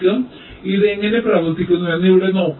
അതിനാൽ ഇത് എങ്ങനെ പ്രവർത്തിക്കുന്നുവെന്ന് ഇവിടെ നോക്കാം